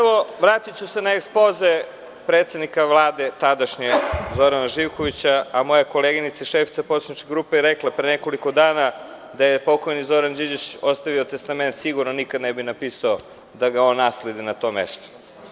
Vratiću se na ekspoze predsednika Vlade tadašnjeg Zorana Živkovića, a moja koleginica, šefica poslaničke grupe, je rekla pre nekoliko dana da je pokojni Zoran Đinđić ostavio testament, sigurno nikada ne bi napisao da ga on nasledi na tom mestu.